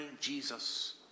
Jesus